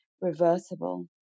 reversible